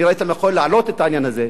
אני ראיתי לנכון להעלות את העניין הזה,